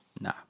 Nah